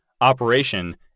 operation